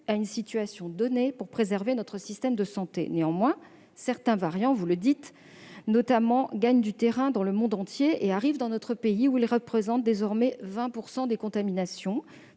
à une situation donnée pour préserver notre système de santé. Néanmoins, certains variants, vous l'avez indiqué, madame la sénatrice, gagnent du terrain dans le monde entier et arrivent dans notre pays : ils représentent désormais 20 % des contaminations,